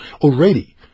already